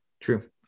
True